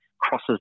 crosses